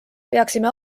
peaksime